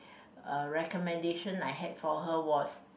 uh recommendation I had for her was